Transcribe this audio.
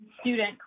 student